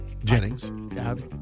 Jennings